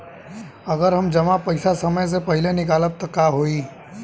अगर हम जमा पैसा समय से पहिले निकालब त का होई?